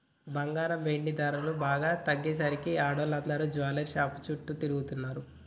బంగారం, వెండి ధరలు బాగా తగ్గేసరికి ఆడోళ్ళందరూ జువెల్లరీ షాపుల చుట్టూ తిరుగుతున్నరు